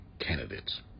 candidates